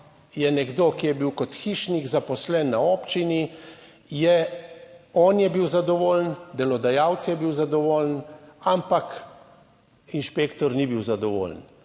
je nekdo, ki je bil kot hišnik zaposlen na občini, je, on je bil zadovoljen, delodajalec je bil zadovoljen, ampak inšpektor ni bil zadovoljen.